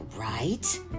right